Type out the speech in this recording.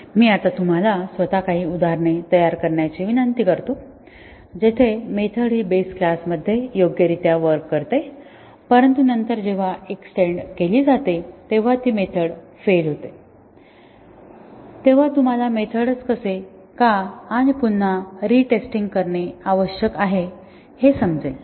मी आता तुम्हाला स्वतः काही उदाहरणे तयार करण्याची विनंती करतो जिथे मेथड हि बेस क्लासमध्ये योग्यरित्या वर्क करते परंतु नंतर जेव्हा एक्सटेन्ड केली जाते तेव्हा ती मेथड फेल होते तेव्हा तुम्हाला मेथड्सचे कसे का आणि पुन्हा रेटेस्टिंग करणे आवश्यक आहे हे समजेल